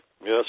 Yes